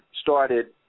started